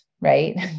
right